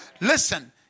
Listen